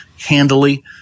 handily